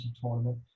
tournament